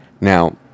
Now